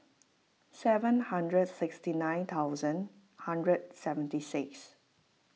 seven hundred sixty nine thousand hundred seventy six